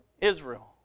Israel